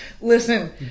Listen